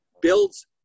builds